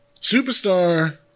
Superstar